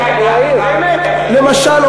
למשל,